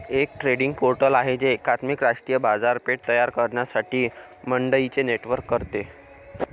एक trading portal आहे जे एकात्मिक राष्ट्रीय बाजारपेठ तयार करण्यासाठी मंडईंचे नेटवर्क करते